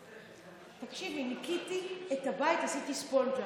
תקשיבי, ניקיתי את הבית, עשיתי ספונג'ה.